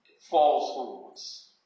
falsehoods